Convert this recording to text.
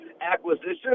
acquisition